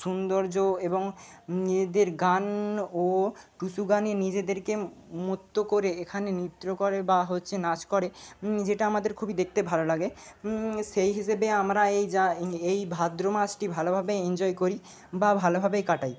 সুন্দর্য এবং নিজেদের গান ও টুসু গানে নিজেদেরকে মত্ত করে এখানে নৃত্য করে বা হচ্ছে নাচ করে যেটা আমাদের খুবই দেখতে ভালো লাগে সেই হিসেবে আমরা এই যা এই ভাদ্র মাসটি ভালোভাবে এনজয় করি বা ভালোভাবে কাটাই